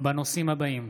בנושאים הבאים: